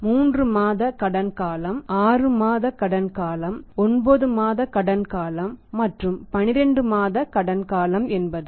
3 மாத கடன் காலம் 6 மாத கடன் காலம் 9 மாத கடன் காலம் மற்றும் 12 மாத கடன் காலம் என்பது